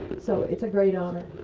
so it's a great honor.